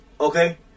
Okay